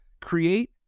create